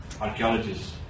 archaeologists